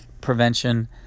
prevention